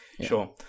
Sure